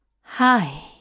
Hi